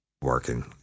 working